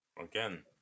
Again